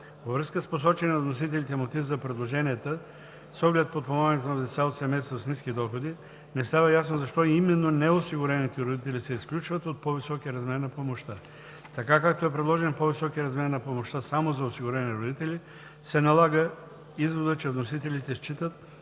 Във връзка с посочения от вносителите мотив за предложенията с оглед подпомагането на деца от семейства с ниски доходи, не става ясно защо именно неосигурените родители се изключват от по-високия размер на помощта. Така както е предложен по-високият размер на помощта само за осигурени родители, се налага изводът, че вносителите считат,